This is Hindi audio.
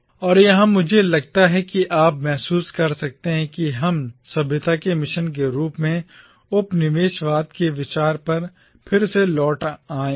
और यहाँ मुझे लगता है कि आप महसूस कर सकते हैं कि हम एक सभ्यता मिशन के रूप में उपनिवेशवाद के विचार पर फिर से लौट आए हैं